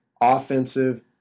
offensive